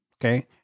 Okay